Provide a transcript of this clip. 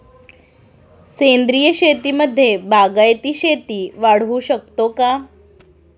सेंद्रिय शेतीमध्ये बागायती शेती वाढवू शकतो का?